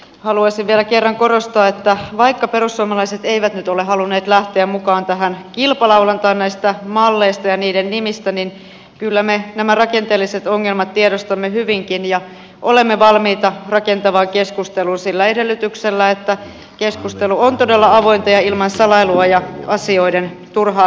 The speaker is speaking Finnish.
haluaisin vielä kerran korostaa että vaikka perussuomalaiset eivät nyt ole halunneet lähteä mukaan tähän kilpalaulantaan näistä malleista ja niiden nimistä niin kyllä me nämä rakenteelliset ongelmat tiedostamme hyvinkin ja olemme valmiita rakentavaan keskusteluun sillä edellytyksellä että keskustelu on todella avointa ja ilman salailua ja asioiden turhaa pimittelyä